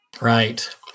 Right